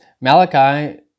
Malachi